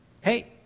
hey